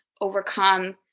overcome